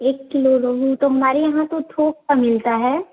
एक किलो रोहु तो हमारे यहाँ तो थोक का मिलता है